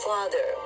Father